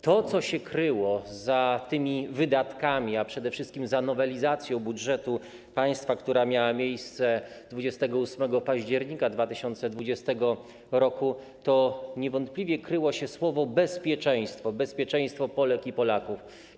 To, co się kryło za tymi wydatkami, a przede wszystkim za nowelizacją budżetu państwa, która miała miejsce 28 października 2020 r., to niewątpliwie kryło się słowo „bezpieczeństwo”, bezpieczeństwo Polek i Polaków.